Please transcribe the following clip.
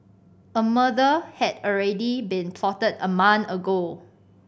a murder had already been plotted a month ago